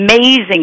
amazing